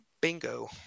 Bingo